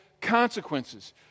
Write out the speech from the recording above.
consequences